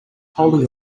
holding